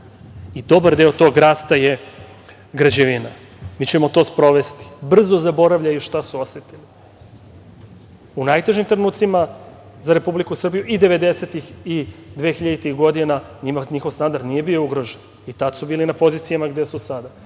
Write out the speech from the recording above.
i dobar deo tog rasta je građevina. Mi ćemo to sprovesti. Brzo zaboravljaju šta su osetili. U najtežim trenucima za Republiku Srbiju i devedesetih i dvehiljaditih godina njihov standard nije bio ugrožen, i tada su bili na pozicijama gde su sada,